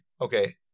Okay